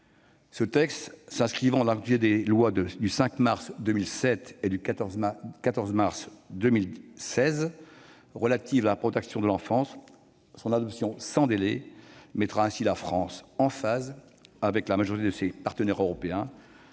de loi s'inscrivant dans le prolongement des lois du 5 mars 2007 et du 14 mars 2016 relatives à la protection de l'enfance, son adoption sans délai mettra la France en phase avec la majorité de ses partenaires européens.